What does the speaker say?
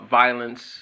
violence